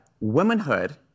Womanhood